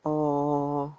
oh